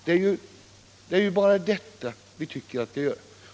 Det är bara detta som vi tycker bör göras.